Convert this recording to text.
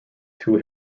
two